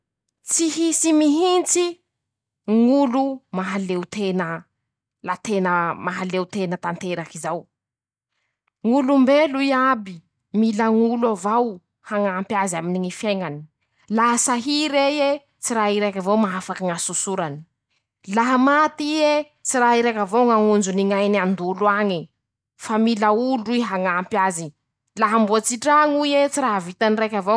Tsy hisy mihintsy ñ'olo mahaleo tena, la tena mahaleo tena tanteraky zao. Ñ'olombelo iaby, mila ñ'olo avao hañampy azy aminy ñy fiaiñany, la sahira ie tsy raha ii raiky avao mahafaky ñ'asosorane, laha maty ie, tsy raha ii raiky avao hañonjo ny ñainy an-dolo añee, fa mila olo ii hañampy azy, la hamboatsy traño i tsy raha vitan<...>.